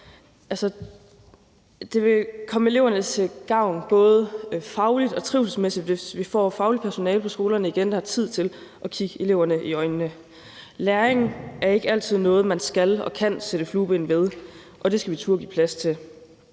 Det vil komme eleverne til gavn både fagligt og trivselsmæssigt, hvis vi får fagligt personale på skolerne igen, der har tid til at kigge eleverne i øjnene. Læring er ikke altid noget, man skal og kan sætte flueben ved, og det skal vi turde at give plads til.